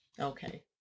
Okay